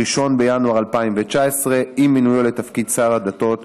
1 בינואר 2019, עם מינויו לתפקיד שר הדתות.